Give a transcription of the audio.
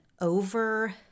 over-